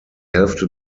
hälfte